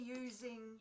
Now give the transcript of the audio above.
using